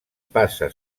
passa